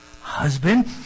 Husband